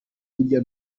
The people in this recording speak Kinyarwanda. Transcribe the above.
hirya